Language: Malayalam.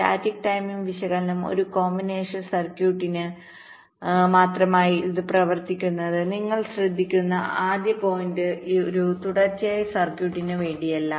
സ്റ്റാറ്റിക് ടൈമിംഗ് വിശകലനം ഒരു കോമ്പിനേഷണൽ സർക്യൂട്ടിന് മാത്രമായി ഇത് പ്രവർത്തിക്കുന്നത് നിങ്ങൾ ശ്രദ്ധിക്കുന്ന ആദ്യ പോയിന്റ് ഒരു തുടർച്ചയായ സർക്യൂട്ടിന് വേണ്ടിയല്ല